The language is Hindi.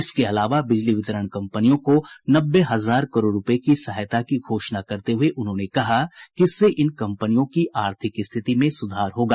इसके अलावा बिजली वितरण कंपनियों को नब्बे हजार करोड रूपए की सहायता की घोषणा करते हुए उन्होंने कहा कि इससे इन कंपनियों की आर्थिक स्थिति में सुधार होगा